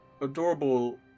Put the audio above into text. Adorable